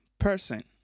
person